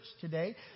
today